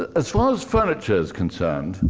as far as furniture is concerned,